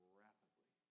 rapidly